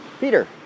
Peter